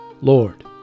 Lord